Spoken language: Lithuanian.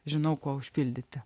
žinau kuo užpildyti